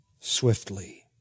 swiftly